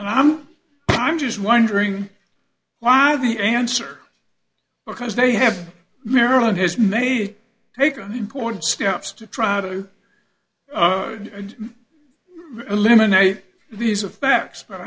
and i'm i'm just wondering why the answer because they have maryland has made it taken important steps to try to eliminate these effects but